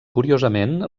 curiosament